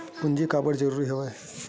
पूंजी काबर जरूरी हवय?